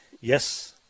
Yes